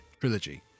trilogy